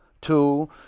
two